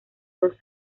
dos